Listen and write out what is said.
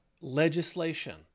legislation